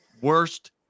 worst